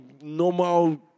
normal